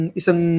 isang